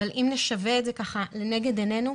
אבל אם נשווה את זה לנגד עינינו,